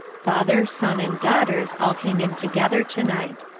father, son, and daughters, all came in together to-night.